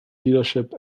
dealership